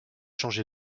changer